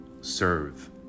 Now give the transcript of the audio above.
serve